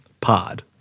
pod